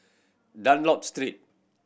Dunlop Street